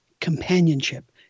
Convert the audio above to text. companionship